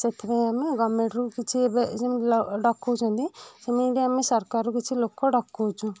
ସେଥିପାଇଁ ଆମେ ଗଭର୍ଣ୍ଣମେଣ୍ଟରୁ କିଛି ଏବେ ଯେମିତି ଡ ଡକଉଛନ୍ତି ସେମିତି ଆମେ ସରକାରରୁ କିଛି ଲୋକ ଡକଉଛୁ